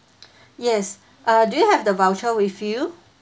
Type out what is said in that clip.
yes uh do you have the voucher with you